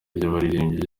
ry’abaririmbyi